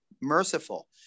merciful